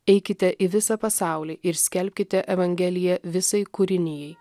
eikite į visą pasaulį ir skelbkite evangeliją visai kūrinijai